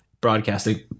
broadcasting